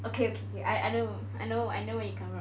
okay okay I I know I know I know where you coming from